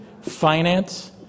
finance